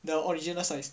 the original size